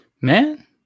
Man